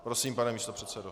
Prosím, pane místopředsedo.